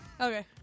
Okay